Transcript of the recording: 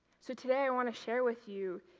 so, today i want to share with you,